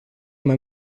mai